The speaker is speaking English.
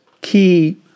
key